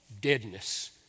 deadness